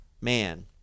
man